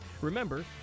Remember